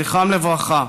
זכרם לברכה,